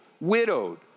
widowed